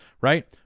right